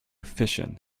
fission